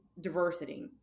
diversity